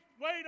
wait